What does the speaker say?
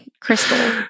crystal